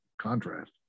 contrast